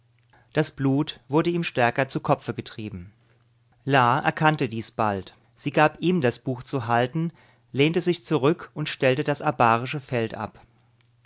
das blut wurde ihm stärker zu kopfe getrieben la erkannte dies bald sie gab ihm das buch zu halten lehnte sich zurück und stellte das abarische feld ab